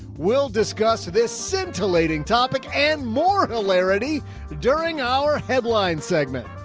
we'll discuss this scintillating topic and more hilarity during our headline segment.